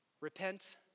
Repent